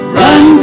run